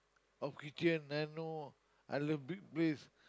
of kitchen I know I love big place